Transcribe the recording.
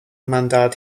mandat